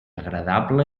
agradable